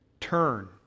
Turn